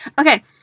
Okay